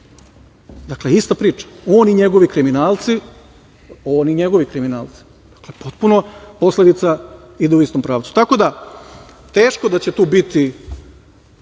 Dakle, ista priča, on i njegovi kriminalci, on i njegovi kriminalci, dakle, potpuno posledica ide u istom pravcu. Tako da teško da će tu biti